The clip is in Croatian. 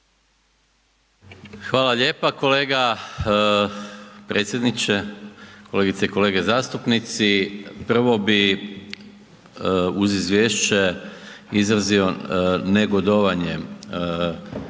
Hvala lijepa. Kolega, predsjedniče, kolegice i kolege zastupnici. Prvo bi uz izvješće izrazio negodovanje mene kao predsjednika